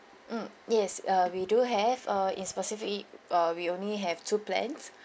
mm yes uh we do have uh in specific uh we only have two plans